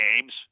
games